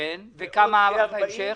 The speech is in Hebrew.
וכמה בהמשך?